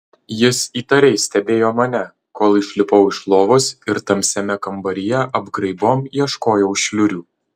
jis įtariai stebėjo mane kol išlipau iš lovos ir tamsiame kambaryje apgraibom ieškojau šliurių